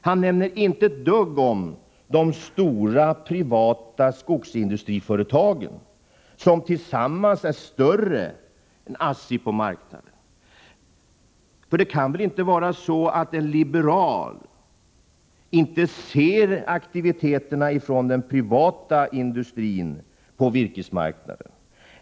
Han nämner inte ett dugg om de stora privata skogsindustriföretagen, som tillsammans är större än ASSI på marknaden. Det kan väl inte vara så, att en liberal inte ser den privata industrins aktiviteterpå virkesmarknaden.